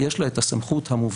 יש לה את הסמכות המובנית,